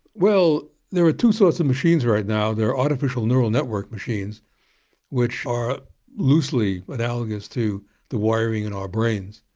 well, there are two sorts of machines right now. there are artificial neural network machines which are loosely analogous to the wiring in our brains.